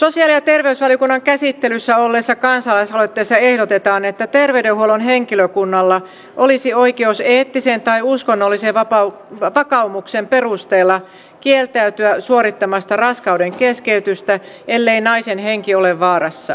sosiaali ja terveysvaliokunnan käsittelyssä olleessa kansalaisaloitteessa ehdotetaan että terveydenhuollon henkilökunnalla olisi oikeus eettisen tai uskonnollisen vakaumuksen perusteella kieltäytyä suorittamasta raskaudenkeskeytystä ellei naisen henki ole vaarassa